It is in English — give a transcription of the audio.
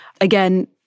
Again